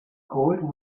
gold